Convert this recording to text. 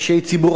אישי ציבור,